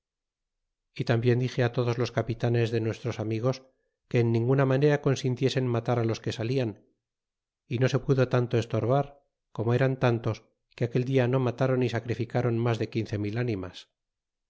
y tambien dixe á todos los capitanes de nuestros amigos que en ninguna manera cona sintiesen matar á los que salian no se pudo tanto estorbar a como eran tantos que aquel dia no mataron y sacrificaron mas a de quince mil ánimas